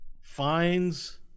finds